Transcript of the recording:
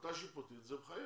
החלטה שיפוטית זה מחייב.